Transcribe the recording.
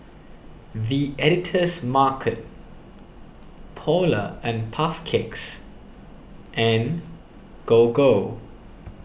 the Editor's Market Polar and Puff Cakes and Gogo